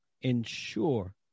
ensure